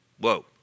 Whoa